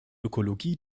ökologie